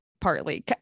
Partly